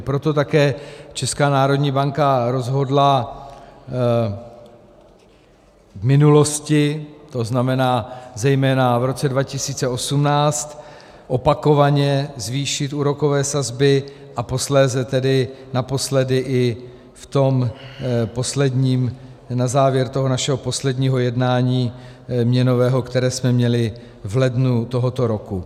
Proto také Česká národní banka rozhodla v minulosti, tzn. zejména v roce 2018, opakovaně zvýšit úrokové sazby a posléze naposledy i v tom posledním na závěr našeho posledního měnového jednání, které jsme měli v lednu tohoto roku.